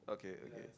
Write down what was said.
okay okay